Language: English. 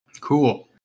cool